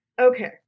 Okay